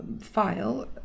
file